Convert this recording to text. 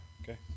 Okay